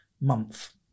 month